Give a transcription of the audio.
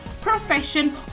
profession